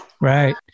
Right